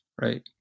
right